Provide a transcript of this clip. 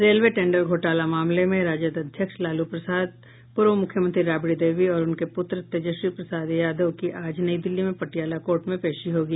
railway tender घोटाला मामले में राजद अध्यक्ष लालू प्रसाद पूर्व मुख्यमंत्री राबड़ी देवी और उनके पुत्र तेजस्वी प्रसाद यादव की आज नई दिल्ली में पटियाला कोर्ट में पेशी होगी